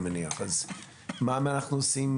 מה אנחנו עושים?